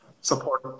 support